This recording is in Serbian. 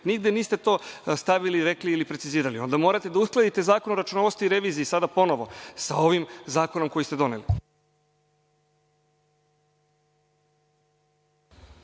Nigde niste to stavili, rekli ili precizirali. Morate da uskladite Zakon o računovodstvu i reviziji sa ovim zakonom koji ste doneli.